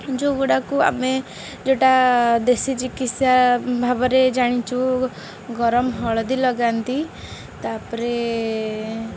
ଯେଉଁ ଗୁଡ଼ାକୁ ଆମେ ଯେଉଁଟା ଦେଶୀ ଚିକିତ୍ସା ଭାବରେ ଜାଣିଛୁ ଗରମ ହଳଦୀ ଲଗାନ୍ତି ତାପରେ